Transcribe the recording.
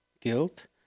guilt